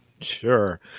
Sure